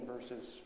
verses